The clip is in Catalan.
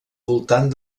voltant